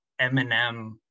Eminem